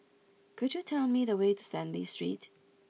could you tell me the way to Stanley Street